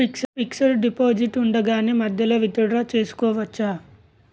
Fixed deposit ఉండగానే మధ్యలో withdraw చేసుకోవచ్చా?